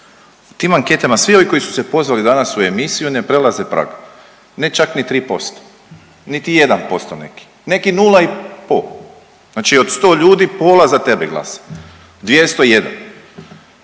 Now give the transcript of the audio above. U tim anketama svi ovi koji su se pozvali danas u emisiju ne prelaze prag, ne čak ni 3%, niti 1% neki, neki 0 i po, znači od 100 ljudi pola za tebe glasa, 201